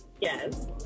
Yes